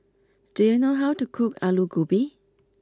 do you know how to cook Alu Gobi